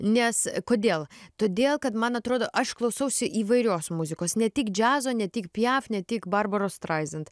nes kodėl todėl kad man atrodo aš klausausi įvairios muzikos ne tik džiazo ne tik piaf ne tik barbaros straizent